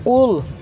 کُل